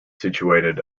situated